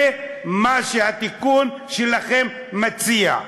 זה מה שהתיקון שלכם מציע.